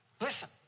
Listen